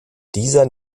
dieser